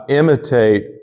imitate